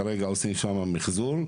כרגע עושים שם מחזור.